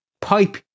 pipe